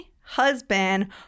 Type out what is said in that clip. husband